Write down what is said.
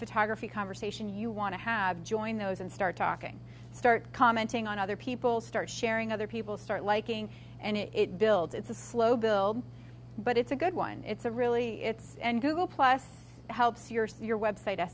photography calm station you want to have join those and start talking start commenting on other people start sharing other people start liking and it builds it's a slow build but it's a good one it's a really it's and google plus helps your your website